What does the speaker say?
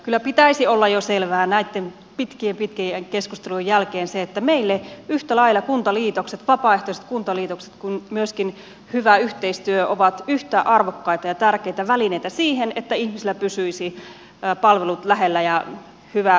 kyllä pitäisi olla jo selvää näitten pitkien pitkien keskustelujen jälkeen se että meille yhtä lailla vapaaehtoiset kuntaliitokset kuin myöskin hyvä yhteistyö ovat yhtä arvokkaita ja tärkeitä välineitä siihen että ihmisillä pysyisivät palvelut lähellä ja hyvälaatuisina